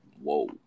Whoa